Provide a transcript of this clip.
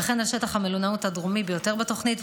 וכן על שטח המלונאות הדרומי ביותר בתוכנית,